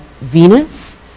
Venus